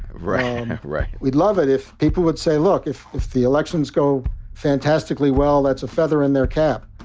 right. right. we'd love it if people would say, look, if if the elections go fantastically well, that's a feather in their cap.